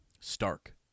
Stark